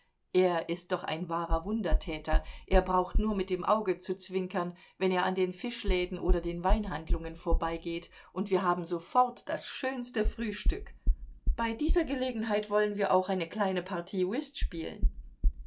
er ist doch ein wahrer wundertäter er braucht nur mit dem auge zu zwinkern wenn er an den fischläden oder den weinhandlungen vorbeigeht und wir haben sofort das schönste frühstück bei dieser gelegenheit wollen wir auch eine kleine partie whist spielen